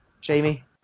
Jamie